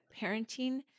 Parenting